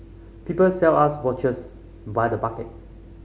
people sell us watches by the bucket